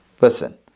Listen